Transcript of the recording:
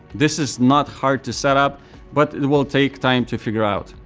this is not hard to set up but it will take time to figure out.